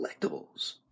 collectibles